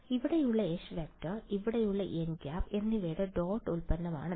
ഇവിടെയുള്ള H→ ഇവിടെയുള്ള nˆ എന്നിവയുടെ ഡോട്ട് ഉൽപ്പന്നമാണിത്